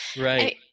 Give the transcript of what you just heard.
Right